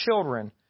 children